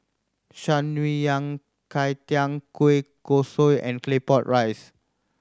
Shan Rui Yao Cai Tang kueh kosui and Claypot Rice